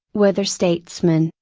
whether statesmen,